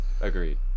Agreed